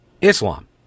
islam